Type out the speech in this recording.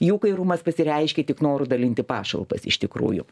jų kairumas pasireiškia tik noru dalinti pašalpas iš tikrųjų